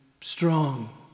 strong